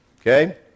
Okay